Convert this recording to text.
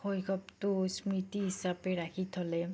শৈশৱটো স্মৃতি হিচাপে ৰাখি থ'লে